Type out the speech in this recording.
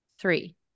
three